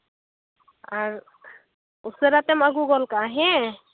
ᱟᱨ ᱩᱥᱟᱹᱨᱟ ᱛᱮᱢ ᱟᱹᱜᱩ ᱜᱚᱫᱽ ᱠᱟᱜᱼᱟ ᱦᱮᱸ